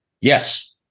Yes